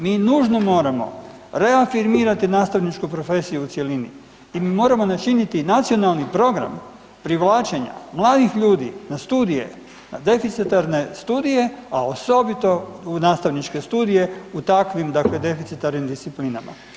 Mi nužno moramo reafirmirati nastavničku profesiju u cjelinu i moramo načiniti Nacionalni program privlačenja mladih ljudi na studije, na deficitarne studije, a osobito u nastavničke studije u takvim dakle deficitarnim disciplinama.